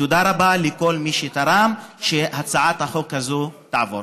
תודה רבה לכל מי שתרם שהצעת החוק הזאת תעבור.